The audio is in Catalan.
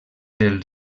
del